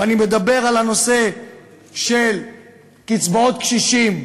ואני מדבר על הנושא של קצבאות קשישים,